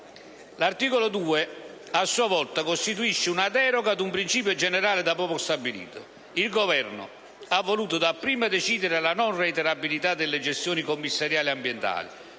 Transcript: L'articolo 2, a sua volta, costituisce una deroga ad un principio generale da poco stabilito. Il Governo ha voluto dapprima decidere la non reiterabilità delle gestioni commissariali ambientali;